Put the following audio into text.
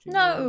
no